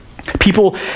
People